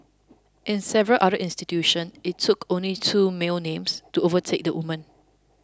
in several other institutions it took only two male names to overtake the women